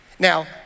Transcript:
Now